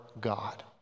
God